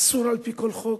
אסור על-פי כל חוק.